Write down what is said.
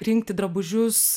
rinkti drabužius